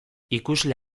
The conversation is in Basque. ikusle